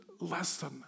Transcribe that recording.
lesson